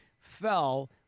Fell